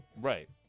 Right